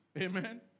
Amen